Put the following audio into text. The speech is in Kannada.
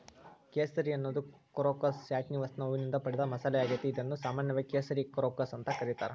ಕೇಸರಿ ಅನ್ನೋದು ಕ್ರೋಕಸ್ ಸ್ಯಾಟಿವಸ್ನ ಹೂವಿನಿಂದ ಪಡೆದ ಮಸಾಲಿಯಾಗೇತಿ, ಇದನ್ನು ಸಾಮಾನ್ಯವಾಗಿ ಕೇಸರಿ ಕ್ರೋಕಸ್ ಅಂತ ಕರೇತಾರ